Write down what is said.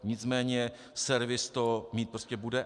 Nicméně servis to mít prostě bude.